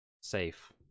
safe